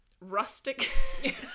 rustic